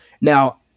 Now